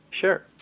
Sure